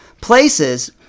places